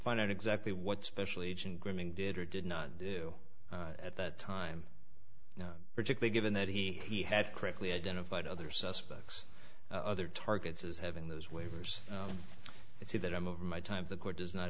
find out exactly what special agent grooming did or did not do at that time particularly given that he he had correctly identified other suspects other targets as having those waivers is he that i'm over my time the court does not